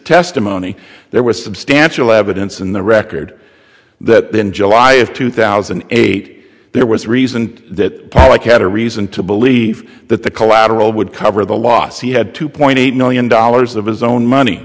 testimony there was substantial evidence in the record that in july of two thousand and eight there was reason that pollock had a reason to believe that the collateral would cover the loss he had two point eight million dollars of his own money